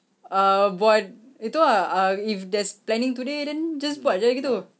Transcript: uh buat itu ah uh if there's planning today then just buat jer lah gitu